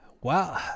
wow